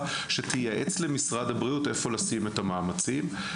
כלשהיא שתייעץ למשרד הבריאות איפה לשים את המאמצים.